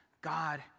God